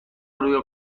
روی